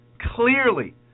clearly